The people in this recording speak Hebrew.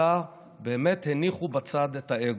אלא באמת הניחו בצד את האגו.